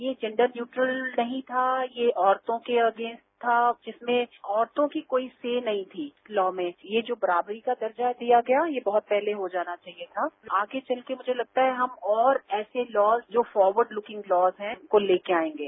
ये gender neutral नहीं था ये औरतों के अगेंस्ट था जिसमें औत्तों की कोई सेय नहीं थी लॉ में ये जो बराबरी का दर्जा दिया गया ये बहत पहले हो जाना चाहिए था आगे चल के मुझे लगता है हम और ऐसे लॉज जो फारवर्ड लुकिंग लॉज हैं उनको लेके आएंगे